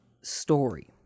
story